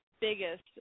biggest